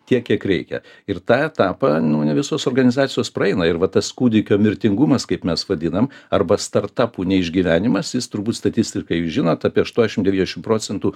tiek kiek reikia ir tą etapą visos organizacijos praeina ir va tas kūdikio mirtingumas kaip mes vadinam arba startapų neišgyvenimas jis turbūt statistika jūs žinot apie aštuoniasdešimt devyniasdešimt procentų